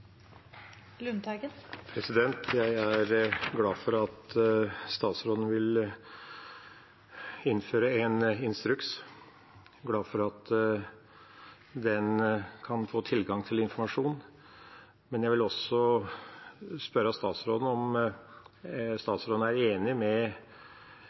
replikkordskifte. Jeg er glad for at statsråden vil innføre en instruks, og jeg er glad for at man kan få tilgang til informasjon. Men jeg vil spørre statsråden om